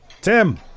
Tim